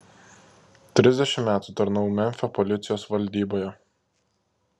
trisdešimt metų tarnavau memfio policijos valdyboje